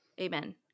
amen